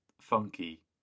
funky